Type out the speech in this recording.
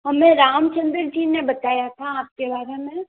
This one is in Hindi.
हमें रामचन्द्र जी ने बताया था आपके बारे में